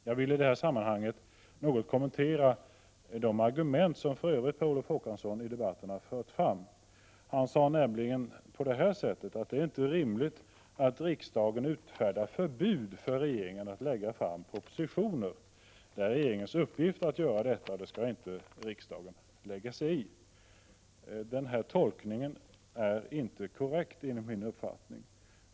Jag vill i detta sammanhang kommentera de argument som Per Olof Håkansson för fram i debatten. Han sade att det inte är rimligt att riksdagen utfärdar förbud för regeringen att lägga fram propositioner och att detta är regeringens uppgift som riksdagen inte skall lägga sig i. Denna tolkning är enligt min uppfattning inte korrekt.